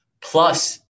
plus